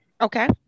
okay